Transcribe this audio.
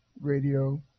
radio